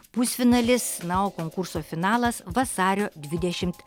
pusfinalis na o konkurso finalas vasario dvidešimt